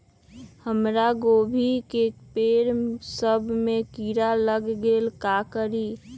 हमरा गोभी के पेड़ सब में किरा लग गेल का करी?